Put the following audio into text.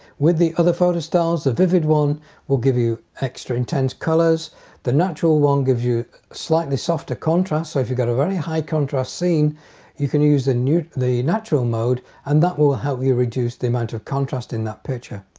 with the other photo styles the vivid one will give you extra intense colors the natural one gives you slightly softer contrast so if you've got a very high contrast scene you can use the new the natural mode and that will will help you reduce the amount of contrast in that picture.